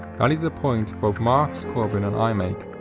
that is the point both marx, corbyn and i make,